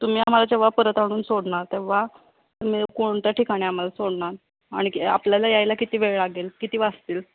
तुम्ही आम्हाला जेव्हा परत आणून सोडणार तेव्हा तुम्ही कोणत्या ठिकाणी आम्हाला सोडणार आणि आपल्याला यायला किती वेळ लागेल किती वाजतील